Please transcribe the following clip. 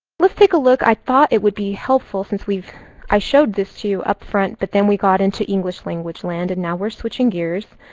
let's take a look, i thought it would be helpful, since we've i showed this you up front, but then we got into english language land and now we're switching gears.